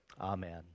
Amen